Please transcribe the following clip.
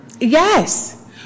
Yes